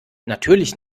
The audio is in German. natürlich